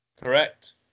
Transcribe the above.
Correct